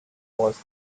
was